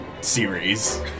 series